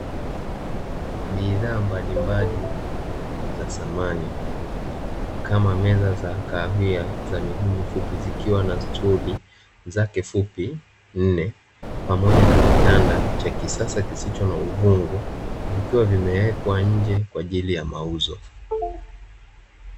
Bidhaa mbalimbali za samani kama meza za kahawia za miguu mifupi, zikiwa na stuli zake fupi nne, pamoja na kitanda cha kisasa kisicho na uvungu vikiwa vimewekwa nje kwa ajili ya mauzo.